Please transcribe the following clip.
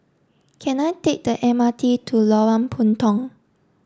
can I take the M R T to Lorong Puntong